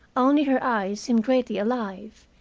only her eyes seemed greatly alive,